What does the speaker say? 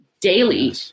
daily